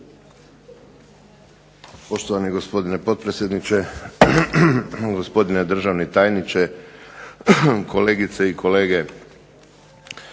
Poštovani gospodine potpredsjedniče, gospodine državni tajniče, kolegice i kolege